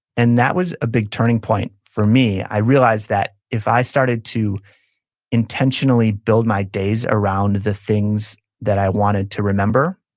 and that was a big turning point for me. i realized that, if i started to intentionally build my days around the things that i wanted to remember,